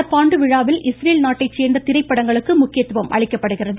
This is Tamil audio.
நடப்பாண்டு விழாவில் இஸ்ரேல் நாட்டைச் சேர்ந்த திரைப்படங்களுக்கு முக்கியத்துவம் அளிக்கப்படுகிறது